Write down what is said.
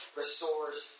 restores